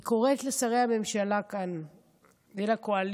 אני קוראת לשרי הממשלה כאן ולקואליציה,